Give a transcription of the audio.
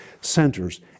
centers